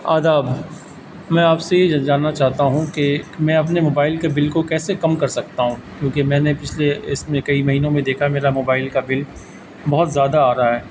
آداب میں آپ سے یہ جاننا چاہتا ہوں کہ میں اپنے موبائل کے بل کو کیسے کم کر سکتا ہوں کیونکہ میں نے پچھلے اس میں کئی مہینوں میں دیکھا میرا موبائل کا بل بہت زیادہ آ رہا ہے